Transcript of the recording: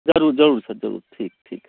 ज़रूर ज़रूर सर ज़रूर ठीक ठीक है